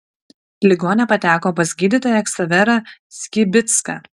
ligonė pateko pas gydytoją ksaverą skibicką